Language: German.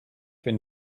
wenn